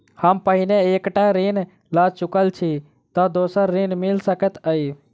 हम पहिने एक टा ऋण लअ चुकल छी तऽ दोसर ऋण मिल सकैत अई?